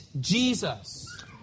Jesus